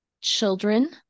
children